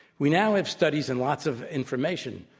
we now have studies and lots of information.